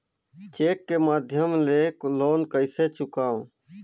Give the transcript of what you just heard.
Cheque के माध्यम ले लोन कइसे चुकांव?